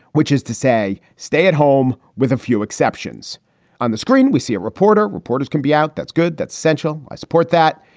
which is to say stay at home with a few exceptions on the screen. we see a reporter. reporters can be out. that's good. that's central. i support that.